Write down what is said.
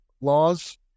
laws